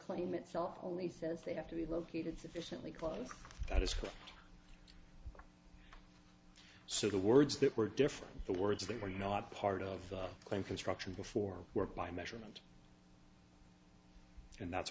claim itself only says they have to be located sufficiently close at a school so the words that were different the words they were not part of a claim construction before work by measurement and that's